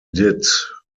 did